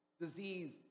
Disease